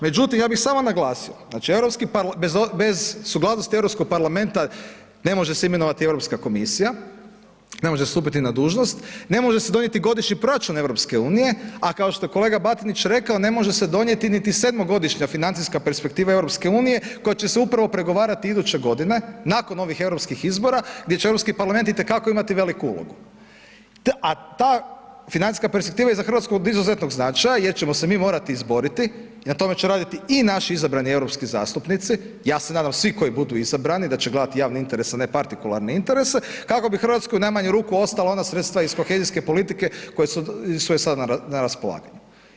Međutim ja bi samo naglasio, znači Europski parlament, bez suglasnosti Europskog parlamenta ne može se imenovati Europska komisija, ne može stupiti na dužnost, ne može se donijeti godišnji proračun EU, a kao što je kolega Batinić rekao ne može se donijeti niti 7-godišnja financijska perspektiva EU koja će se upravo pregovarati iduće godine, nakon ovih europskih izbora gdje će Europski parlament imati i te kako imati veliku ulogu, a ta financijska perspektiva je za Hrvatsku od izuzetnog značaja, jer ćemo se mi morati izboriti i na tome će raditi i naši izabrani europski zastupnici, ja se nadam svi koji budu izabrani, da će gledati javni interes, a ne partikularne interese, kako bi u Hrvatskoj najmanju ruku ostala ona sredstva iz kohezijska politike koje su joj sada na raspolaganju.